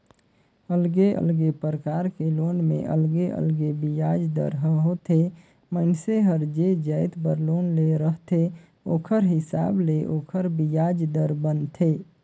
अलगे अलगे परकार के लोन में अलगे अलगे बियाज दर ह होथे, मइनसे हर जे जाएत बर लोन ले रहथे ओखर हिसाब ले ओखर बियाज दर बनथे